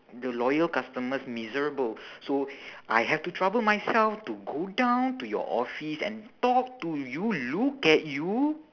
the loyal customers miserable so I have to trouble myself to go down to your office and talk to you look at you